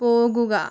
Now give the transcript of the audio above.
പോകുക